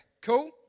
Cool